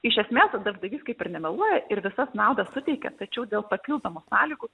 iš esmės darbdavys kaip ir nemeluoja ir visas naudas suteikia tačiau dėl papildomų sąlygų